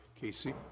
Casey